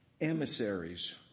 emissaries